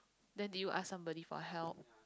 then did you ask somebody for help